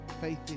faith